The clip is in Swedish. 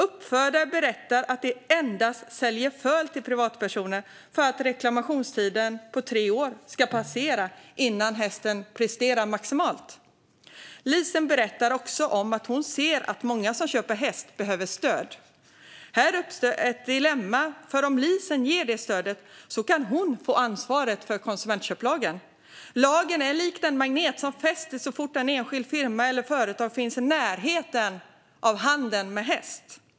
Uppfödare berättar att de endast säljer föl till privatpersoner för att reklamationstiden på tre år ska passera innan hästen presterar maximalt. Lisen berättar också om att hon ser att många som köper häst behöver stöd. Här uppstår ett dilemma, för om Lisen ger det stödet kan hon få ansvaret enligt konsumentköplagen. Lagen är likt en magnet något som fäster så fort en enskild firma eller ett företag finns i närheten av handeln med häst.